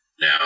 Now